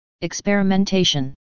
experimentation